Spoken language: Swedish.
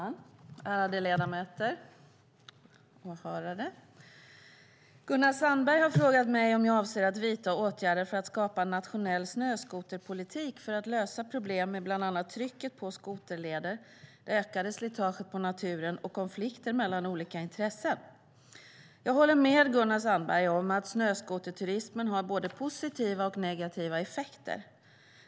Fru talman, ärade ledamöter och åhörare! Gunnar Sandberg har frågat mig om jag avser att vidta åtgärder för att skapa en nationell snöskoterpolitik för att lösa problem med bland annat trycket på skoterleder, det ökade slitaget på naturen och konflikter mellan olika intressen. Jag håller med Gunnar Sandberg om att snöskoterturismen har både positiva och negativa effekter.